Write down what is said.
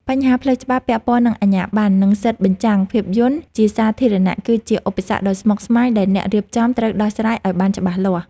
បញ្ហាផ្លូវច្បាប់ពាក់ព័ន្ធនឹងអាជ្ញាបណ្ណ និងសិទ្ធិបញ្ចាំងភាពយន្តជាសាធារណៈ គឺជាឧបសគ្គដ៏ស្មុគស្មាញដែលអ្នករៀបចំត្រូវដោះស្រាយឱ្យបានច្បាស់លាស់។